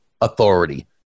authority